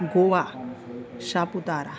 Goa Saputara